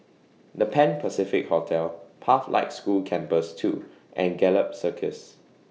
The Pan Pacific Hotel Pathlight School Campus two and Gallop Circus